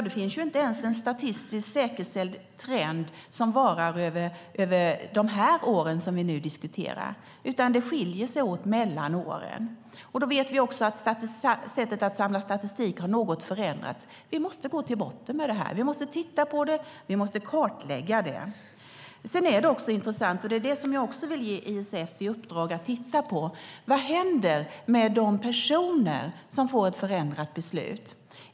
Det finns inte ens en statistiskt säkerställd trend som varar över de år vi nu diskuterar, utan det skiljer sig åt mellan åren. Vi vet också att sättet att samla statistik har förändrats något. Vi måste gå till botten med detta. Vi måste titta på det, och vi måste kartlägga det. Sedan är det också intressant - det är det jag vill ge ISF i uppdrag att titta på - vad som händer med de personer som får ett förändrat beslut.